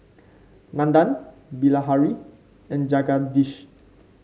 Nandan Bilahari and Jagadish